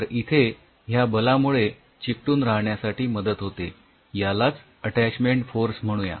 तर इथे ह्या बलामुळे चिकटून राहण्यासाठी मदत होते यालाच अटॅचमेंट फोर्स म्हणूया